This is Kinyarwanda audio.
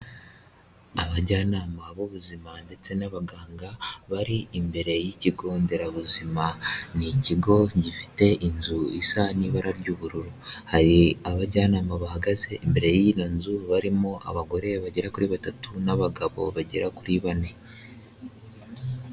Abajyanama b'ubuzima ndetse n'abaganga bari imbere y'ikigonderabuzima, ni ikigo gifite inzu isa n'ibara ry'ubururu, hari abajyanama bahagaze imbere y'iyo nzu barimo abagore bagera kuri batatu n'abagabo bagera kuri bane.